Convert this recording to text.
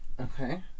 okay